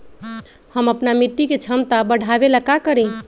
हम अपना मिट्टी के झमता बढ़ाबे ला का करी?